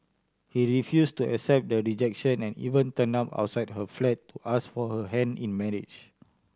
he refused to accept the rejection and even turned up outside her flat to ask for her hand in marriage